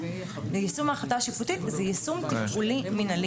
יישום ההחלטה השיפוטית זה יישום תפעולי-מנהלי.